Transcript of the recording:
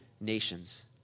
nations